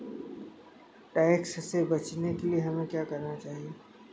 Tax से बचने के लिए हमें क्या करना चाहिए?